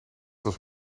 was